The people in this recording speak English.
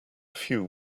few